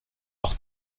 leur